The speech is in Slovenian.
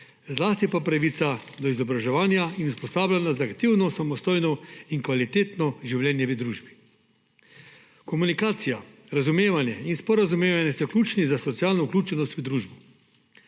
zlasti pa pravica do izobraževanja in usposabljanja za aktivno samostojno in kvalitetno življenje v družbi. Komunikacija, razumevanje in sporazumevanje so ključni za socialno vključenost v družbo.